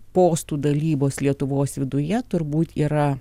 postų dalybos lietuvos viduje turbūt yra